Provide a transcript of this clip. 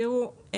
תראו,